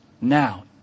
now